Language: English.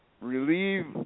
relieve